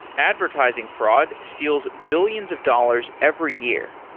advertising fraud steals billions of dollars every year.